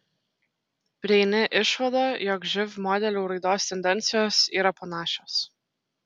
prieini išvadą jog živ modelių raidos tendencijos yra panašios